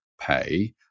Pay